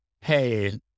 Hey